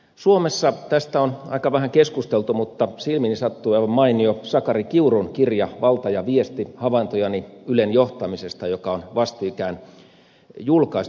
suomessa tästä on aika vähän keskusteltu mutta silmiini sattui aivan mainio sakari kiurun kirja valta ja viesti havaintojani ylen johtamisesta joka on vastikään julkaistu